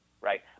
right